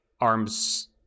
arms